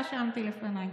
רשמתי לפניי.